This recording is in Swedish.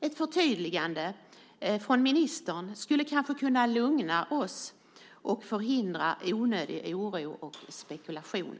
Ett förtydligande från ministern skulle kanske kunna lugna oss och förhindra onödig oro och spekulation.